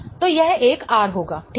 तो यह एक R होगा ठीक है